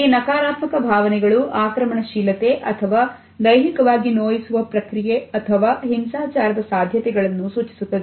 ಈ ನಕಾರಾತ್ಮಕ ಭಾವನೆಗಳು ಆಕ್ರಮಣಶೀಲತೆ ಅಥವಾ ದೈಹಿಕವಾಗಿ ನೋಯಿಸುವ ಪ್ರಕ್ರಿಯೆ ಅಥವಾ ಹಿಂಸಾಚಾರದ ಸಾಧ್ಯತೆಗಳನ್ನು ಸೂಚಿಸುತ್ತದೆ